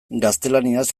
gaztelaniaz